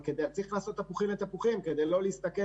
אבל צריך להשוות תפוחים לתפוחים כדי לא להסתכל